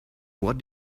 what